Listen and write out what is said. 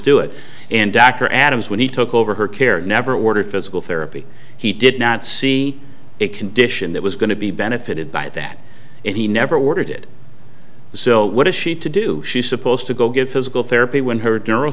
do it and dr adams when he took over her care never ordered physical therapy he did not see a condition that was going to be benefited by that and he never wanted it so what is she to do she's supposed to go get physical therapy when her